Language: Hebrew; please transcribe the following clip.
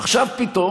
ראש הממשלה,